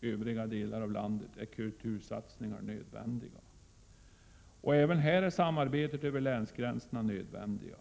övriga delar av landet är kultursatsningar nödvändiga. Även här är samarbetet över länsgränserna nödvändigt.